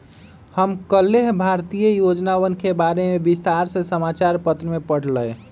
हम कल्लेह भारतीय योजनवन के बारे में विस्तार से समाचार पत्र में पढ़ लय